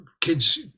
kids